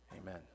Amen